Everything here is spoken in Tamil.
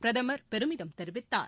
பிரதமர் பெருமிதம் தெரிவித்தார்